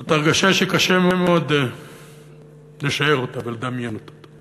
זאת הרגשה שקשה מאוד לשער אותה ולדמיין אותה.